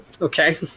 Okay